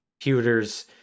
computers